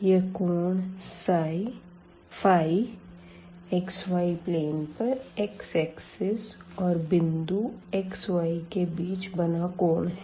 यह कोण xy plane पर x एक्सिस और बिंदु xy के बीच बना कोण है